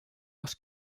was